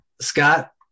Scott